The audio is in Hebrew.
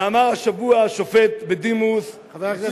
ואמר השבוע השופט בדימוס חבר הכנסת,